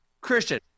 Christian